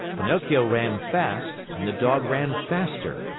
pinocchio ran fast and the dog ran faster.